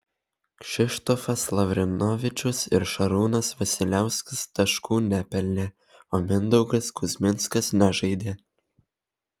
kšištofas lavrinovičius ir šarūnas vasiliauskas taškų nepelnė o mindaugas kuzminskas nežaidė